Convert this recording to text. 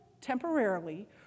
temporarily